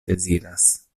deziras